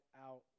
out